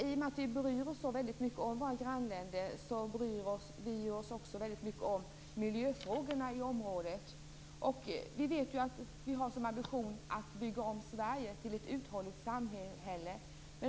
Herr talman! Vi gläds alla väldigt mycket åt det framgångsrika samarbete som sker mellan Östersjöstaterna. I och med att vi bryr oss så väldigt mycket om våra grannländer bryr vi oss också väldigt mycket om miljöfrågorna i området. Vi vet att vi har som ambition att bygga om Sverige till ett uthålligt samhälle.